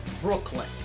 brooklyn